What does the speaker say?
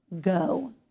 go